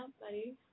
buddy